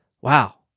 wow